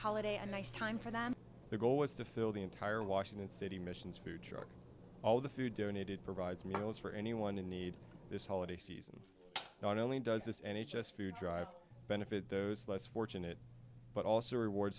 holiday on ice time for them the goal is to fill the entire washington city missions food truck all the food donated provides meals for anyone in need this holiday season not only does this n h s food drive benefit those less fortunate but also reward